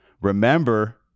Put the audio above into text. Remember